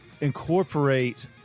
incorporate